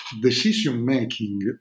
decision-making